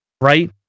Right